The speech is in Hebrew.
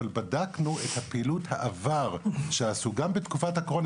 אבל בדקנו את פעילות העבר שעשו גם בתקופת הקורונה,